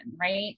right